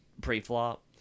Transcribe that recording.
pre-flop